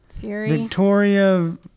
Victoria